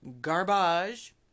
garbage